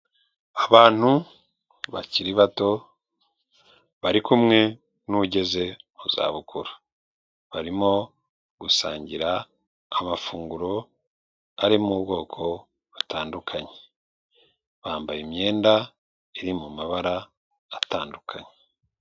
Abantu bakiri bato barikumwe n'ugeze mu zabukuru, barimo gusangira amafunguro arimo ubwoko butandukanye, bambaye imyenda iri mu mabara atandukanye.